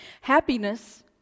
Happiness